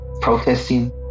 protesting